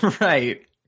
Right